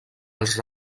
als